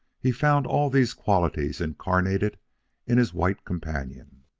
he found all these qualities incarnated in his white companion.